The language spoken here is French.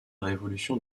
révolution